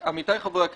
עמיתי חברי הכנסת,